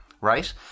Right